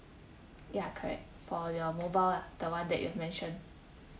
ya correct for your mobile lah the one that you've mentioned